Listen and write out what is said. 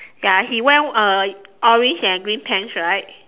ya he wear uh orange and green pants right